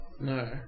No